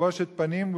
בבושת פנים,